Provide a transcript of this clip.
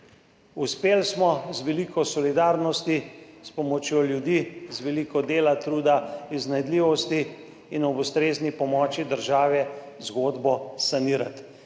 Uspeli smo z veliko solidarnosti, s pomočjo ljudi, z veliko dela, truda, iznajdljivosti in ob ustrezni pomoči države zgodbo sanirati.